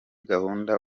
gahunda